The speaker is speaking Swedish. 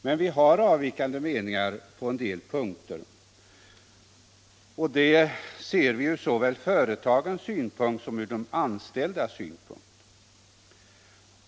Men vi har avvikande meningar på en del punkter, och vi ser därvid det hela såväl från företagens som från de anställdas synpunkt.